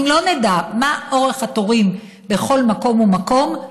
אם לא נדע מה אורך התורים בכל מקום ומקום,